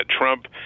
Trump